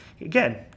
Again